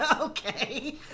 Okay